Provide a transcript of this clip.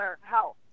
health